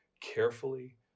carefully